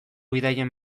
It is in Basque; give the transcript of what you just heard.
bidaien